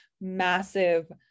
massive